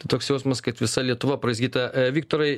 toks jausmas kad visa lietuva apraizgyta viktorai